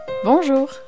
Bonjour